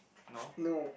no